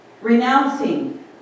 Renouncing